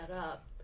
up